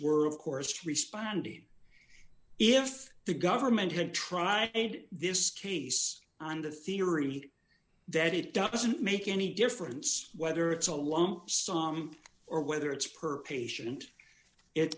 of course responding if the government had tried this case on the theory that it doesn't make any difference whether it's a lump sum or whether it's per patient it